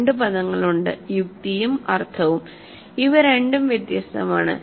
രണ്ട് പദങ്ങളുണ്ട് യുക്തിയും അർത്ഥവും ഇവ രണ്ടും വ്യത്യസ്തമാണ്